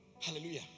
Hallelujah